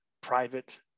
private